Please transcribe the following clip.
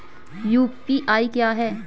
UPI क्या है?